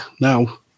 now